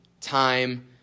time